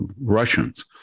Russians